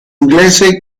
inglese